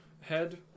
head